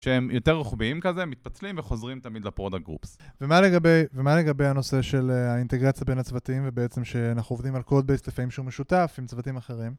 שהם יותר רוחביים כזה, הם מתפצלים וחוזרים תמיד ל-product groups. ומה לגבי הנושא של האינטגרציה בין הצוותים, ובעצם שאנחנו עובדים על code base לפעמים שהוא משותף עם צוותים אחרים?